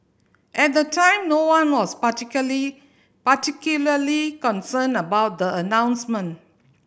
at the time no one was particularly concerned about the announcement